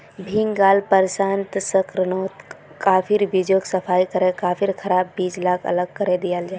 भीन्गाल प्रशंस्कर्नोत काफिर बीजोक सफाई करे काफिर खराब बीज लाक अलग करे दियाल जाहा